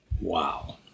Wow